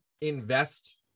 invest